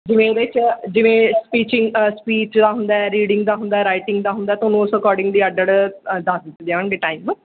ਜਿਵੇਂ ਉਹਦੇ 'ਚ ਜਿਵੇਂ ਸਪੀਚਿੰਗ ਸਪੀਚ ਦਾ ਹੁੰਦਾ ਰੀਡਿੰਗ ਦਾ ਹੁੰਦਾ ਰਾਈਟਿੰਗ ਦਾ ਹੁੰਦਾ ਤੁਹਾਨੂੰ ਉਸ ਅਕੋਰਡਿੰਗ ਦੀ ਅੱਡ ਅੱਡ ਦੱਸ ਦਿੱਤੇ ਜਾਣਗੇ ਟਾਈਮ